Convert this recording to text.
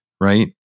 right